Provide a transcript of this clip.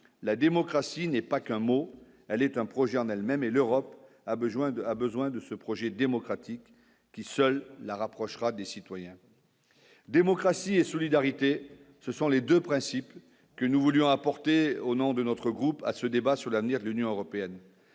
la démocratie n'est pas qu'un mot, elle est un projet en elle-même et l'Europe a besoin de a besoin de ce projet démocratique qui, seule la rapprochera des citoyens démocratie et solidarité, ce sont les 2 principes que nous voulions apporter au nom de notre groupe à ce débat sur l'avenir de l'Union européenne